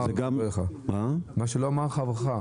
מה שלא אמר חברך.